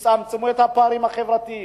תצמצמו את הפערים החברתיים,